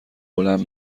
بلند